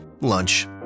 Lunch